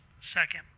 second